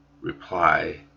reply